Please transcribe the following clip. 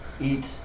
eat